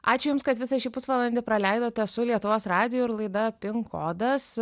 ačiū jums kad visą šį pusvalandį praleidote su lietuvos radiju ir laida pin kodas